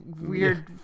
weird